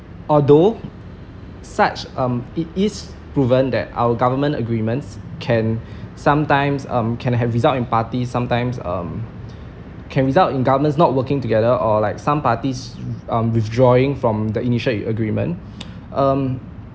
although such um it is proven that our government agreements can sometimes um can have result in parties sometimes um can result in governments not working together or like some parties um withdrawing from initial agreements um